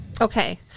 Okay